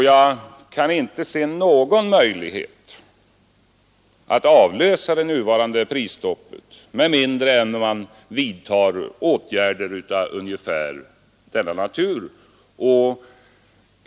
Jag kan inte se någon möjlighet att lösa frågan med avlösning av det nuvarande prisstoppet med mindre än att man vidtar åtgärder av det slag som jag har beskrivit.